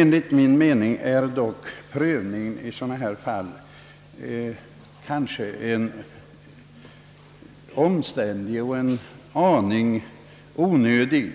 Enligt min mening är dock prövningen av fallen onödigt omständlig.